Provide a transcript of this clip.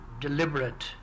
deliberate